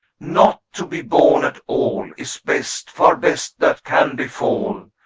not to be born at all is best, far best that can befall,